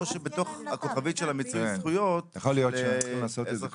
או שבתוך הכוכבית של מיצוי הזכויות של אזרחים